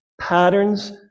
patterns